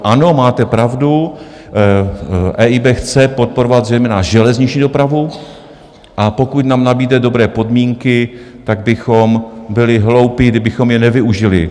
Ano, máte pravdu, EIB chce podporovat zejména železniční dopravu, a pokud nám nabídne dobré podmínky, tak bychom byli hloupí, kdybychom nevyužili.